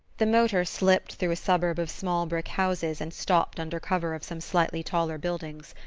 the motor slipped through a suburb of small brick houses and stopped under cover of some slightly taller buildings.